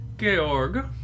Georg